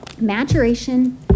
Maturation